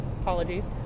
Apologies